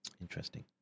interesting